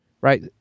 right